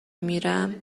میرم